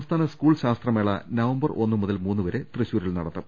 സംസ്ഥാന സ്കൂൾ ശാസ്ത്രമേള നവംബർ ഒന്നു മുതൽ മൂന്നുവരെ തൃശൂരിൽ നടത്തും